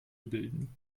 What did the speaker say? bilden